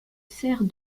sert